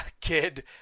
Kid